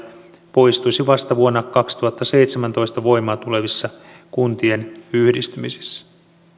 poistuisi vasta vuonna kaksituhattaseitsemäntoista voimaan tulevissa kuntien yhdistymisissä